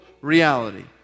reality